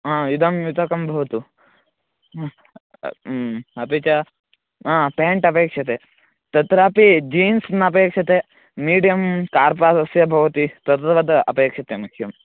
अ इदं युतकं भवतु हु अपि च अ प्याण्ट् अपेक्षते तत्रापि जीन्स् नापेक्षते मिडियम् कार्पासस्य भवति तद्वद् अपेक्षते मह्यम्